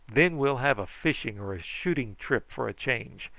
then we'll have a fishing or a shooting trip for a change,